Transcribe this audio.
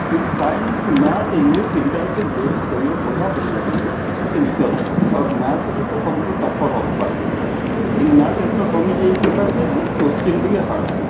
କିନ୍ତୁ science math English ତିନିଟାରେ ସିଏ ବେଷ୍ଟ କରିବ ବଢ଼ିଆ କରିବ ଆଗକୁ ସେ ବିଶ୍ୱାସ ରଖନ୍ତୁ ଆଉ ମ୍ୟାଥ୍ରେ ତ ସବୁଠୁ ଟପର ହବ କ୍ଲାସ୍ରେ ସିଏ କିନ୍ତୁ ମ୍ୟାଥ୍ ଏଥର କମିଛି ଏଇ ସକାଶେ ଯେ କୋଶ୍ଚିନ୍ ଟିକେ ହାର୍ଡ଼୍ ଥିଲା